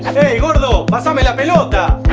hey gordo mas ah amedda pelota